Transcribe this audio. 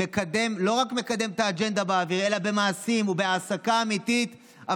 לא רק מקדם את האג'נדה באוויר אלא במעשים ובהעסקה אמיתית.